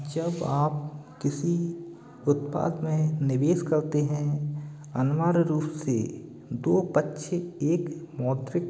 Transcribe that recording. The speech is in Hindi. जब आप किसी उत्पाद में निवेश करते हैं अनिवार्य रूप से दो पक्षीय एक मौद्रिक